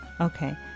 Okay